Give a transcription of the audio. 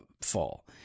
fall